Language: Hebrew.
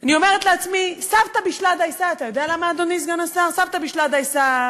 אני אומרת לעצמי: סבתא בישלה דייסה.